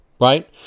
right